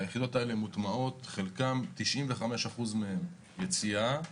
היחידות האלה מוטמעות, 95% מהם יציאה,